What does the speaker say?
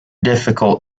difficult